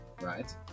right